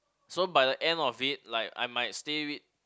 so by the end of it like I might stay with